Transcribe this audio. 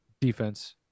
defense